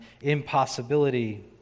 impossibility